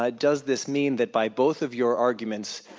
ah does this mean that by both of your arguments,